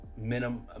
minimum